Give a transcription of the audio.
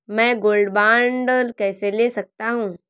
मैं gold bond कैसे ले सकता हूँ?